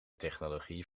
technologie